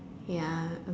ya